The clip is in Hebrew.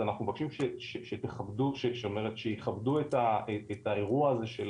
זה אנחנו מבקשים שיכבדו את האירוע הזה של